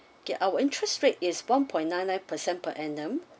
okay our interest rate is one point nine nine percent per annum